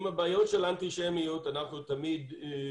עם הבעיות של האנטישמיות אנחנו נתמודד,